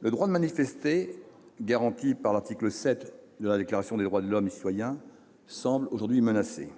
le droit de manifester, garanti par l'article VII de la Déclaration des droits de l'homme et du citoyen, semble aujourd'hui menacé.